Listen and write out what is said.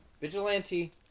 vigilante